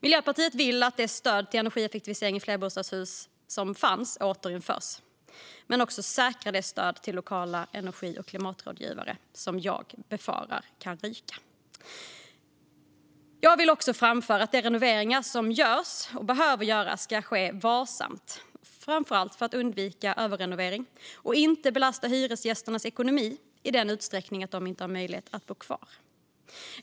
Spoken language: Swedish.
Miljöpartiet vill att det stöd till energieffektivisering i flerbostadshus som fanns ska återinföras, men vi vill också säkra stödet till lokala energi och klimatrådgivare, som jag befarar kan ryka. Jag vill också framföra att de renoveringar som görs och som behöver göras ska ske varsamt, framför allt för att undvika överrenovering och för att inte belasta hyresgästernas ekonomi i sådan utsträckning att de inte har möjlighet att bo kvar.